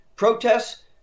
Protests